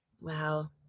wow